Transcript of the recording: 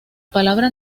palabra